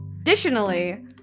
Additionally